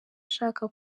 shaka